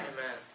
Amen